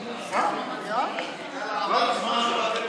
עבר זמנו בטל קורבנו.